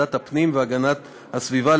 לוועדת הפנים והגנת הסביבה,